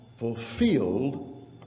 Fulfilled